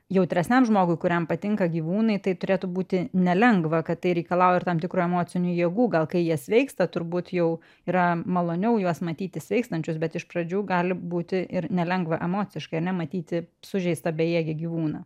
jautresniam žmogui kuriam patinka gyvūnai tai turėtų būti nelengva kad tai reikalauja ir tam tikrų emocinių jėgų gal kai jie sveiksta turbūt jau yra maloniau juos matyti sveikstančius bet iš pradžių gali būti ir nelengva emociškai ar ne matyti sužeistą bejėgį gyvūną